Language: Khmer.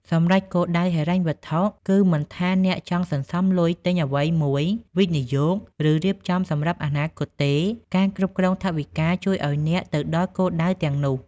សម្រេចគោលដៅហិរញ្ញវត្ថុគឺ មិនថាអ្នកចង់សន្សំលុយទិញអ្វីមួយ វិនិយោគ ឬរៀបចំសម្រាប់អនាគតទេ ការគ្រប់គ្រងថវិកាជួយឱ្យអ្នកទៅដល់គោលដៅទាំងនោះ។